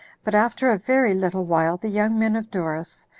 but after a very little while the young men of doris,